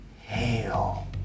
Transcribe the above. Hail